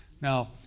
Now